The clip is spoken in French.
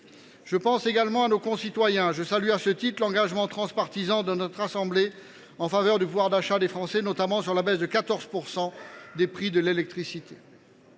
Je pense également à nos concitoyens. Je salue, à ce titre, l’engagement transpartisan de notre assemblée en faveur du pouvoir d’achat des Français, notamment sur la baisse de 14 % des prix de l’électricité.